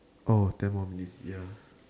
oh ten more minutes ya